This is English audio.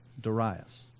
Darius